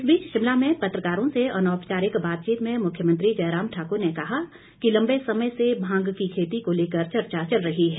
इस बीच शिमला में पत्रकारों से अनौपचारिक बातचीत में मुख्यमंत्री जयराम ठाकुर ने कहा कि लम्बे समय से भांग की खेती को लेकर चर्चा चल रही है